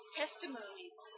testimonies